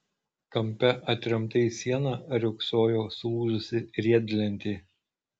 kampe atremta į sieną riogsojo sulūžusi riedlentė